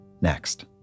next